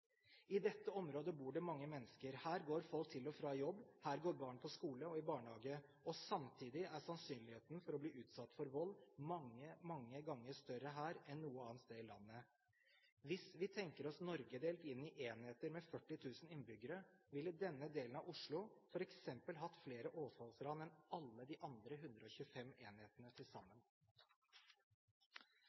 I dette området bor det mange mennesker. Her går folk til og fra jobb. Her går barn på skole og i barnehage. Samtidig er sannsynligheten for å bli utsatt for vold mange, mange ganger større her enn noe annet sted i landet. Hvis vi tenker oss Norge delt inn i enheter med 40 000 innbyggere, vil denne delen av Oslo f.eks. ha flere overfallsran enn alle de andre 125 enhetene til sammen.